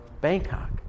Bangkok